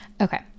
Okay